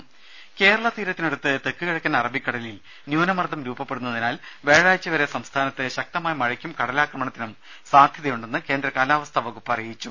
രുമ കേരള തീരത്തിനടുത്ത് തെക്കുകിഴക്കൻ അറബിക്കടലിൽ ന്യൂനമർദ്ദം രൂപപ്പെടുന്നതിനാൽ വ്യാഴാഴ്ച വരെ സംസ്ഥാനത്ത് ശക്തമായ മഴയ്ക്കും കടലാക്രമണത്തിനും സാധ്യതയുണ്ടെന്ന് കേന്ദ്ര കാലാവസ്ഥാ വകുപ്പ് അറിയിച്ചു